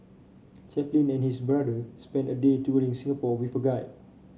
Chaplin and his brother spent a day touring Singapore with a guide